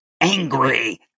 angry